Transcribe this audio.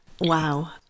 Wow